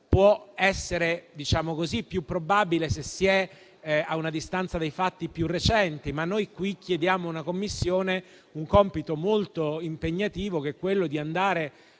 Può essere più probabile, se si è a distanza da fatti più recenti, ma noi qui chiediamo alla Commissione un compito molto impegnativo, ripercorrere